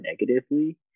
negatively